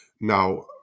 Now